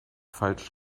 falsch